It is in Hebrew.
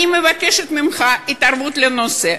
אני מבקשת ממך התערבות בנושא.